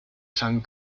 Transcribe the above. san